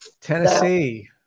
Tennessee